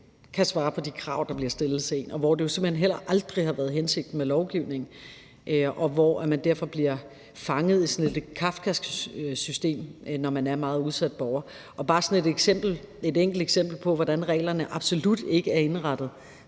opfylde de krav, der bliver stillet til en, og det har jo simpelt hen heller aldrig har været hensigten med lovgivningen, at man bliver fanget i et sådant kafkask system, når man er en meget udsat borger. Så har jeg bare sådan et enkelt eksempel på, hvordan reglerne absolut ikke er indrettet